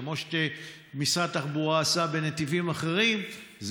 כמו שמשרד התחבורה עשה בנתיבים אחרים,